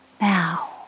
Now